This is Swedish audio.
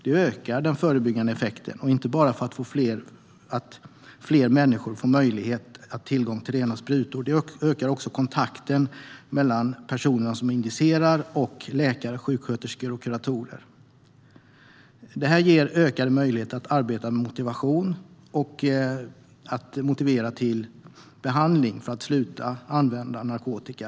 Det ökar den förebyggande effekten, inte bara att fler människor får tillgång till rena sprutor utan också kontakten mellan personer som injicerar och läkare, sjuksköterskor och kuratorer. Det här ger ökad möjlighet att arbeta med motivation och att motivera till behandling för att sluta använda narkotika.